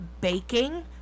baking